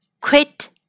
quit